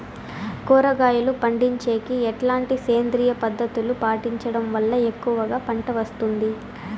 కూరగాయలు పండించేకి ఎట్లాంటి సేంద్రియ పద్ధతులు పాటించడం వల్ల ఎక్కువగా పంట వస్తుంది?